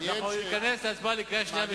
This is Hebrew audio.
אנחנו נתכנס להצבעה בקריאה שנייה ושלישית.